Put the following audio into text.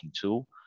tool